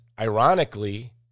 ironically